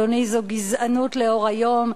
אדוני, זו גזענות לאור היום.